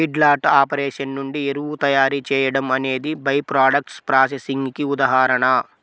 feedlot operation నుండి ఎరువు తయారీ చేయడం అనేది బై ప్రాడక్ట్స్ ప్రాసెసింగ్ కి ఉదాహరణ